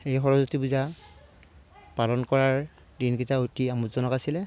সেই সৰস্বতী পূজা পালন কৰাৰ দিনকেইটা অতি আমোদজনক আছিলে